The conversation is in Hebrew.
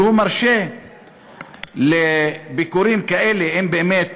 שהוא מרשה ביקורים כאלה, אם באמת